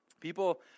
People